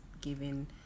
giving